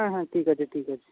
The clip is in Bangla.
হ্যাঁ হ্যাঁ ঠিক আছে ঠিক আছে